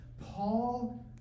Paul